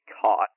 caught